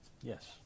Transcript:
Yes